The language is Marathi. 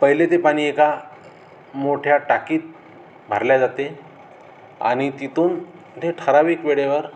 पहिले ते पाणी एका मोठ्या टाकीत भरले जाते आणि तिथून ते ठराविक वेळेवर